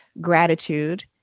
gratitude